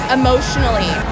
emotionally